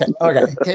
okay